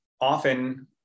often